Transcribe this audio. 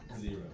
Zero